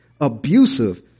abusive